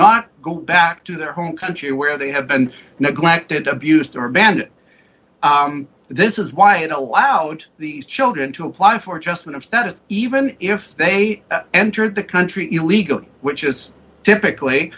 not go back to their home country where they have been neglected abused or banned this is why it allowed these children to apply for just one of status even if they entered the country illegally which is typically